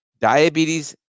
Diabetes